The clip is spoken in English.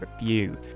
review